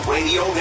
Radio